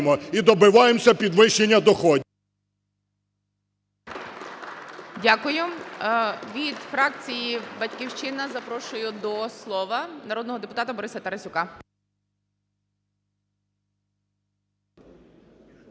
Дякую. Від фракції "Батьківщина" запрошую до слова народного депутата Бориса Тарасюка.